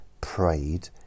prayed